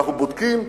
אנחנו בודקים,